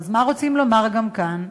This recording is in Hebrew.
אז מה רוצים לומר גם כאן?